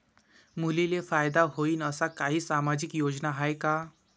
मुलींले फायदा होईन अशा काही सामाजिक योजना हाय का?